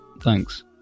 thanks